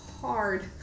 hard